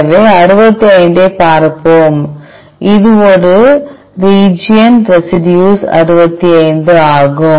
எனவே 65 ஐப் பார்ப்போம் இது ஒரு ரிஜிஎன் ரெசிடியூஸ் 65 ஆகும்